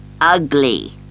ugly